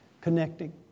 Connecting